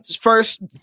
First